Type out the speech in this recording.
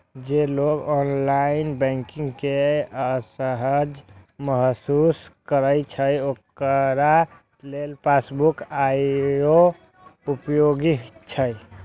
जे लोग online banking मे असहज महसूस करै छै, ओकरा लेल पासबुक आइयो उपयोगी छै